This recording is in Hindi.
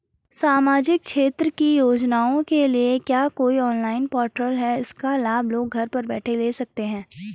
सामाजिक क्षेत्र की योजनाओं के लिए क्या कोई ऑनलाइन पोर्टल है इसका लाभ लोग घर बैठे ले सकते हैं?